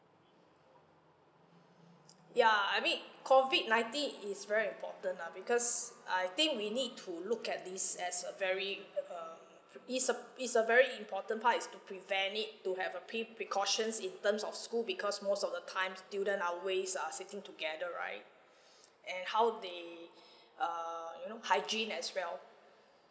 ya I mean COVID nineteen is very important ah because I think we need to look at this as a very um it's a it's a very important part is to prevent it to have a pre~ precautions in terms of school because most of the times student are always uh sitting together right and how they err you know hygiene as well